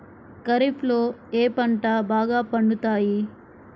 ఖరీఫ్లో ఏ పంటలు బాగా పండుతాయి?